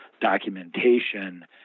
documentation